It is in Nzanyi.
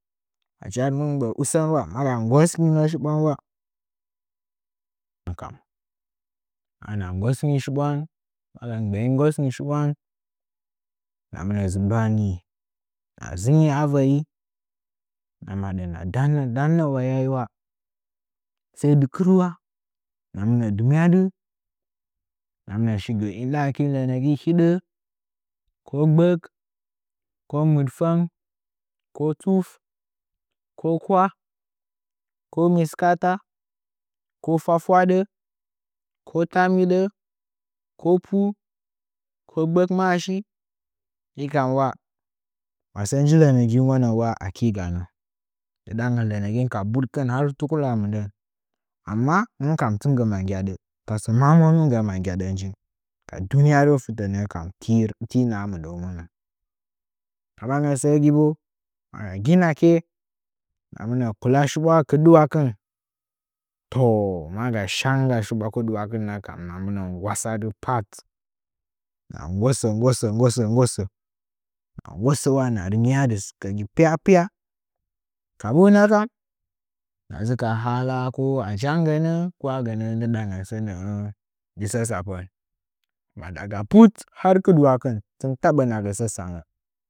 Achi har mɨ gbə’ə usən usa hiya maga nggoshin ngosshin shiɓwan ula hɨnkan ana nggosangi shi ɓwan maga gbə’ən nggosə shiɓwan lina dzi minə bani ngi hɨna dzɨngi avə i hɨna madə hɨna dannə danna wayasi wa sai dɨ kɨ dɨwa hɨna mɨna dɨnyadɨ hɨnə shi mɨnə gə indɨdangəkin lənəgi hidə ko gbək ko mɨdfəng ko tuf ko kwah no mɨskaata ko fwafwaadə ko tambidə ko pu ko gbəkmaashi hikam ula masə iji lənəging ula aki ganə ndɨɗangən lənəging ka buɗkɨn har tukura mɨndən amma hɨnkani tɨn gi ma nggyaɗə tasə maa mənuga ma nggyadə njim aduniruwə fɨtə nə’ə kam ti rə tii naha mɨndəunəngən ndɨdangən səə gi bo ma gin aki hma mɨnə kʊa shiɓʊa kɨdɨʊakɨn toh maga shanga shiɓwa kɨdɨwa kɨnnətham hɨnma nggwassadɨ pat hɨna nggosə nggosə hɨnə nggosəula hɨna rɨnggyadi sɨkəgi pyapyah ka mbu nəkan hɨna dzɨ ka hala ko a janggənə ko a ginə ndɨdangən sənə’ə gi sə tsapən ma daga put har kɨdiwakɨn tɨn taɓɓə gə səə sangə.